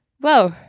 Whoa